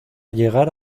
llegar